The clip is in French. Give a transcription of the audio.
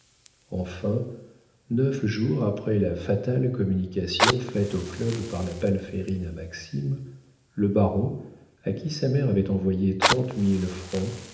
enfin neuf jours après la fatale communication faite au club par la palférine à maxime le baron à qui sa mère avait envoyé trente mille francs